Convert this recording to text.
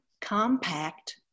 compact